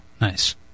Nice